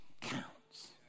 counts